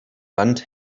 wand